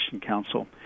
Council